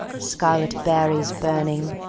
scarlet berries burning,